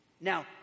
Now